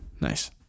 Nice